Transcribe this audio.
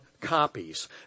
copies